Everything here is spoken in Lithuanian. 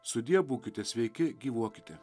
sudie būkite sveiki gyvuokite